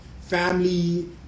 family